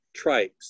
trikes